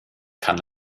kann